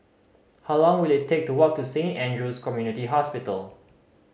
how long will it take to walk to Saint Andrew's Community Hospital